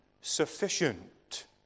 sufficient